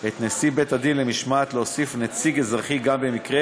את נשיא בית-הדין למשמעת להוסיף נציג אזרחי גם במקרה